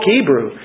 Hebrew